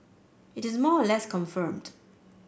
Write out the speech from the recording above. it is more or less confirmed